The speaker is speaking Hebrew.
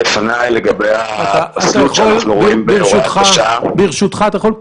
יושב-ראש ועדת הכנסת ובאמת הבין את הצורך בוועדה המטרה